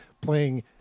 playing